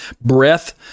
breath